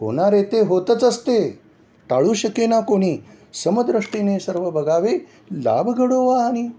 होणारे ते होतच असते टाळू शके ना कोणी समदृष्टीने सर्व बघावे लाभ घडो वा आणि